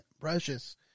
precious